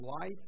life